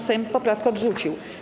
Sejm poprawkę odrzucił.